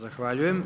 Zahvaljujem.